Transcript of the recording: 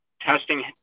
testing